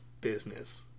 business